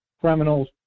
criminals